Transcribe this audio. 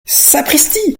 sapristi